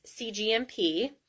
CGMP